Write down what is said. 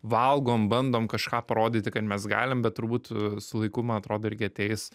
valgom bandom kažką parodyti kad mes galim bet turbūt su laiku man atrodo irgi ateis